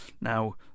Now